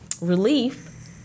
relief